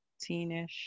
teenish